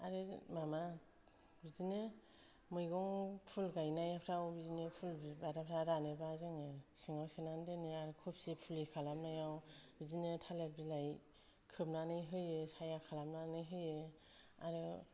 आरो माबा बिदिनो मैगं फुल गायनायफ्राव बिदिनो फुल बिबारफ्रा रानोबा जोङो सिङाव सौनानै दोनो आरो खफि फुलि खालामनायाव बिदिनो थालोत बिलाइ खोबनानै होयो साया खालायनानै होयो आरो